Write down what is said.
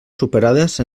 superades